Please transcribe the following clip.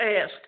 ask